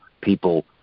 people